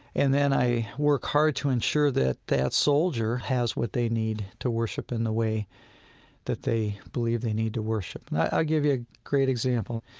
and then i work hard to ensure that that soldier has what they need to worship in the way that they believe they need to worship. and i'll give you a great example.